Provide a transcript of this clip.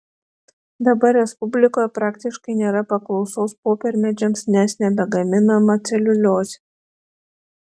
dabar respublikoje praktiškai nėra paklausos popiermedžiams nes nebegaminama celiuliozė